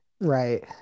right